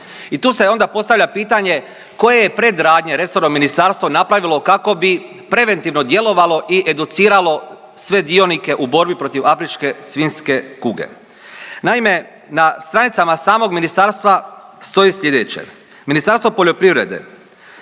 I tu se onda postavlja pitanje koje je predradnje resorno ministarstvo napravilo kako bi preventivno djelovalo i educiralo sve dionike u borbi protiv afričke svinjske kuge. Naime, na stranicama samog ministarstva stoji slijedeće. Ministarstvo poljoprivrede